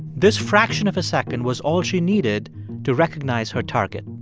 this fraction of a second was all she needed to recognize her target.